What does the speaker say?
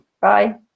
Bye